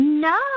No